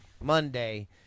Monday